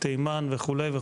תימן וכולי.